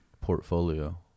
portfolio